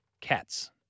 cats